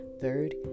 third